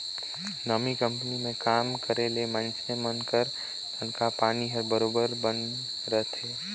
नामी कंपनी में काम करे ले मइनसे मन कर तनखा पानी हर बरोबेर बने रहथे